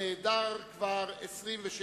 הנעדר כבר 27 שנים.